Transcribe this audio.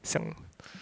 想